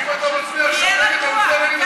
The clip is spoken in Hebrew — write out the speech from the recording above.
תהיה רגוע.